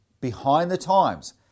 behind-the-times